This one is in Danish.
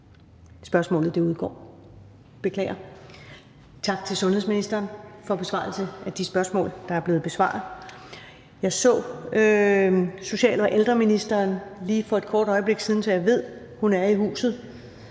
Spørgsmålet udgår, beklager. Tak til sundhedsministeren for besvarelse af de spørgsmål, der er blevet stillet. Jeg så social- og ældreministeren lige for et kort øjeblik siden, så jeg ved, at hun er i huset.